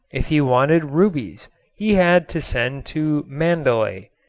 if he wanted rubies he had to send to mandalay.